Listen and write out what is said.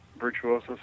virtuoso